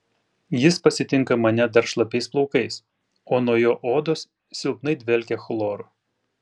jis pasitinka mane dar šlapiais plaukais o nuo jo odos silpnai dvelkia chloru